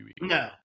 No